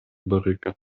baryka